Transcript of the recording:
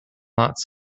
lots